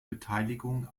beteiligung